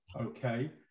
okay